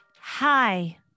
Hi